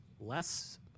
less